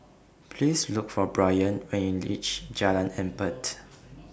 Please Look For Brayan when YOU REACH Jalan Empat